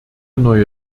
neue